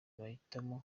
bahitamo